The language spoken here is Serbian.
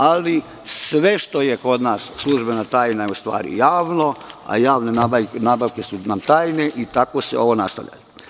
Ali, sve što je kod nas službena tajna je u stvari javno, a javne nabavke su tajne i tako se ovo nastavlja.